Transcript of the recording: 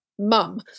mum